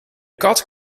kat